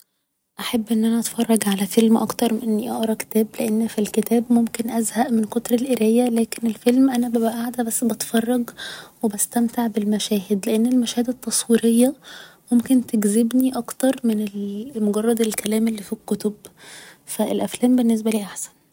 احب ان أنا أتفرج على فيلم اكتر من اني اقرأ كتاب لان في الكتاب ممكن ازهق من كتر القراية لكن الفيلم أنا ببقى قاعدة بس بتفرج و بستمتع بالمشاهد لان المشاهد التصويرية ممكن تجذبني اكتر من ال مجرد الكلام اللي في الكتب ف الأفلام بالنسبالي احسن